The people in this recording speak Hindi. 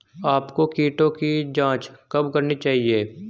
आपको कीटों की जांच कब करनी चाहिए?